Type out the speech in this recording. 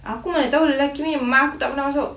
aku mana tahu lelaki punya memang aku tak pernah masuk